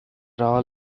all